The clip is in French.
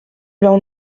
leurs